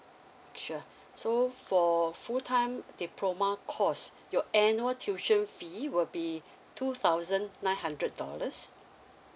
sure so for full time diploma course you're annual tuition fee will be two thousand nine hundred dollars